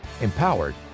empowered